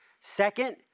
Second